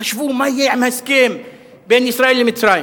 חשבו מה יהיה עם ההסכם בין ישראל למצרים.